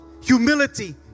humility